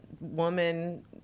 woman